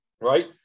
right